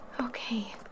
Okay